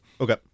Okay